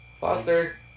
Foster